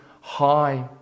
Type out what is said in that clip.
high